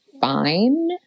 fine